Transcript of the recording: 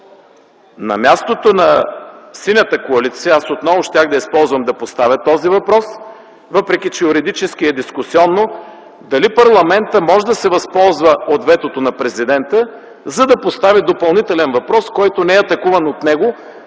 На мястото на Синята коалиция, аз отново щях да използвам да поставя този въпрос, въпреки че юридически и дискусионно дали парламентът може да се възползва от ветото на президента, за да постави допълнителен въпрос, който не е атакуван от него,